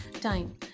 time